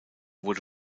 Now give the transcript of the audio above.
wurde